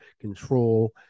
control